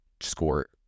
score